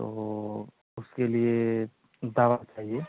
तो उसके लिए दवा चाहिए